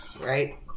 Right